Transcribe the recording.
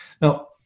Now